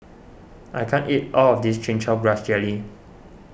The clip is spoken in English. I can't eat all of this Chin Chow Grass Jelly